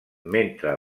mentre